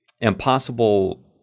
impossible